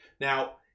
Now